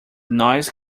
noise